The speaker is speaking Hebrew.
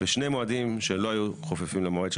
בשני מועדים שלא היו חופפים למועד של